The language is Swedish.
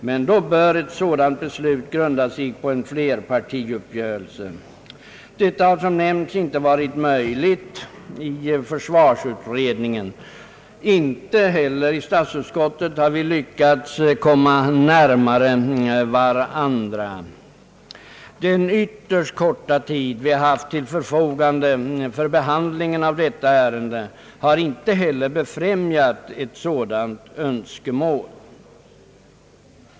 Men då bör ett sådant beslut grunda sig på en flerpartiuppgörelse. Detta har som nämnts inte varit möjligt i försvarsutredningen. Inte heller i statsutskottet har vi lyckats komma närmare varandra. Den ytterst korta tid vi haft till förfogande för behandling av detta ärende har inte heller befrämjat ett sådant önskemål.